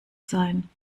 sein